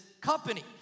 company